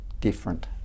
different